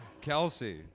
Kelsey